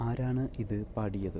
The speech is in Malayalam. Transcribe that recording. ആരാണ് ഇത് പാടിയത്